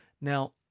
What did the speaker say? Now